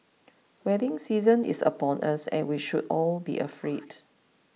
wedding season is upon us and we should all be afraid